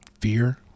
Fear